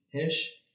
ish